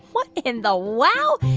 what in the wow?